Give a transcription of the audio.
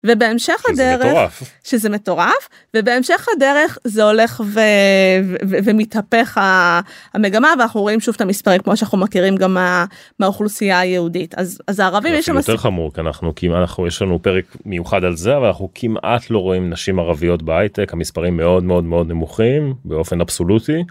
ובהמשך הדרך שזה מטורף ובהמשך הדרך זה הולך ומתהפך המגמה ואנחנו רואים שוב את המספרים כמו שאנחנו מכירים גם מהאוכלוסייה היהודית אז אז ערבים. יותר חמור אנחנו כמעט אנחנו יש לנו פרק מיוחד על זה אנחנו כמעט לא רואים נשים ערביות בהייטק המספרים מאוד מאוד מאוד נמוכים באופן אבסולוטי.